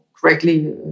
correctly